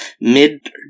mid